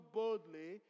boldly